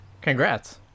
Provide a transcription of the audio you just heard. congrats